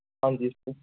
ਹਾਂਜੀ ਸਰ